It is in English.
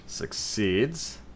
Succeeds